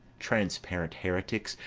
transparent heretics,